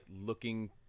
looking